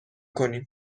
کنیم